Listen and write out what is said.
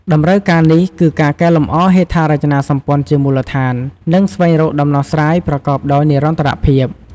តម្រូវការនេះគឺការកែលម្អហេដ្ឋារចនាសម្ព័ន្ធជាមូលដ្ឋាន និងស្វែងរកដំណោះស្រាយប្រកបដោយនិរន្តរភាព។